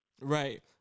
Right